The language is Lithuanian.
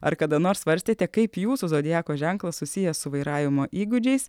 ar kada nors svarstėte kaip jūsų zodiako ženklas susijęs su vairavimo įgūdžiais